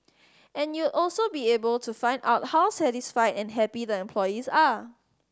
and you also be able to find out how satisfied and happy the employees are